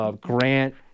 Grant